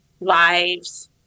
lives